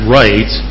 right